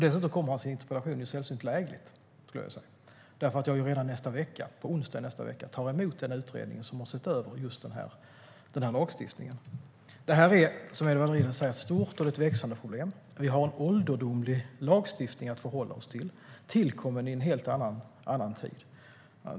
Dessutom kommer alltså interpellationen sällsynt lägligt eftersom jag redan på onsdag i nästa vecka tar emot en utredning som har sett över just den här lagstiftningen. Det här är som Edward Riedl säger ett stort och växande problem. Vi har en ålderdomlig lagstiftning att förhålla oss till, tillkommen i en helt annan tid.